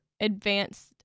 advanced